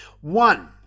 One